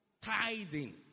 tithing